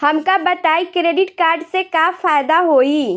हमका बताई credit card से का फायदा होई?